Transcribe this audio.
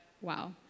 wow